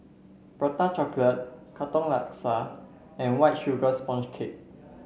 Prata Katong Laksa and White Sugar Sponge Cake